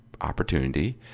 opportunity